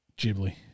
Ghibli